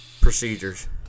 procedures